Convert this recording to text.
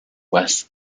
west